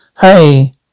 Hey